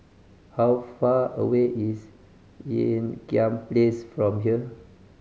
how far away is Ean Kiam Place from here